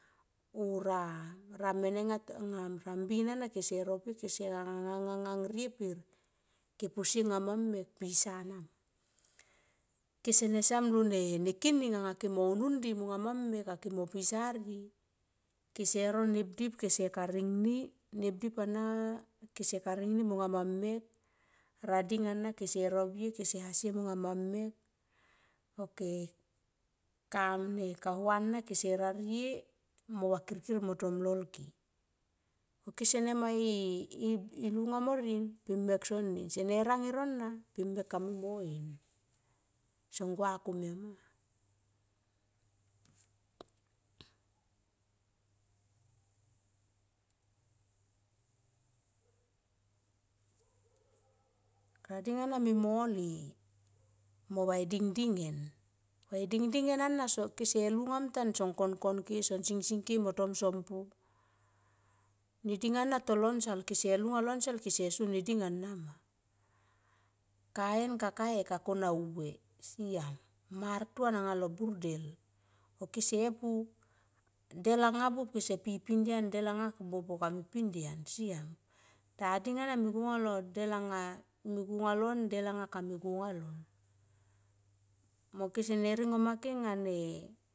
Oh ra ra mene nga ra mbin ana kese rovie kese ngang rie pe ke posie monga ma mekpisa nama. Kese ne siam lone kining anga kemo unun ndi monga ma mek ake mo pisa rie. Kese no nepdip kese karing ni nepdip ana kese karing ni mo nga ma mek ra ding ana kese rovie kese asie mong nga ma mek, ok ka ne kauva na kese rarie mo vakir kir motomlol ke. Ko kesene ma i lunga mo rien pe mek sonin sene rang e rona pe mek kamui monin, son gua komia mag rading ana me mole, mo va e ding ding en va e ding ding ana kese lungam tan son konkon ke son singsing ke motom son pu. Neding ana tolo nsal kese sone ding ana ma. Kaen kaka e ka kona vue siam mar tuan alo bur del ko kese pu del anga buop kese pi pindian kel anga buop okame pindian siam da ding ana me go anga lo me go nga lon, del anga kame go anga lon.